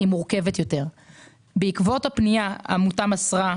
מוציאים את העמותה מהרשימה.